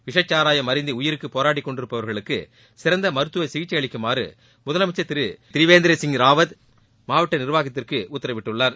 விஷச்சாராயம் அருந்திஉயிருக்குபேராடிக்கொண்டிருப்பவர்களுக்குசிறந்தமருத்துவசிகிச்சைஅளிக்குமாறுமுதலமைச்சர் திருதிரிவேந்தரசிங் ராவத் மாவட்டநிர்வாகத்திற்குஉத்தரவிட்டுள்ளார்